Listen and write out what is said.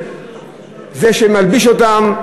זה שמלביש אותם,